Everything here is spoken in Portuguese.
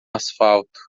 asfalto